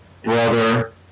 brother